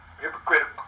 hypocritical